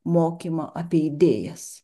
mokymą apie idėjas